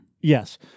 Yes